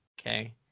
okay